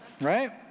right